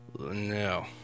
No